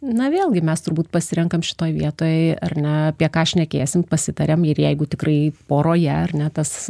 na vėlgi mes turbūt pasirenkam šitoj vietoj ar ne apie ką šnekėsim pasitariam ir jeigu tikrai poroje ar ne tas